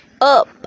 up